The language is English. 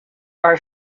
are